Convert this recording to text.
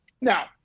Now